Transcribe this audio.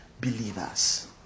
believers